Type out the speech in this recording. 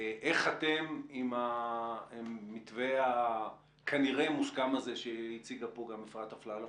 איך אתם עם המתווה כנראה המוסכם הזה שהציגה פה גם אפרת אפללו?